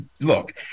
look